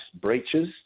breaches